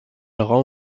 rend